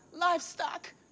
livestock